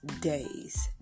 days